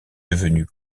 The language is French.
devenu